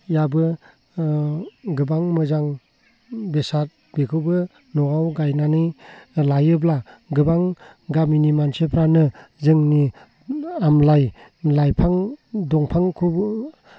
गोबां मोजां बेसाद बेखौबो न'आव गायनानै लायोब्ला गोबां गामिनि मानसिफ्रानो जोंनि आमलाइ लाइफां दंफांखौबो